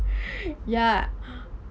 ya